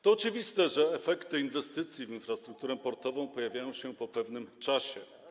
To oczywiste, że efekty inwestycji w infrastrukturę portową pojawiają się po pewnym czasie.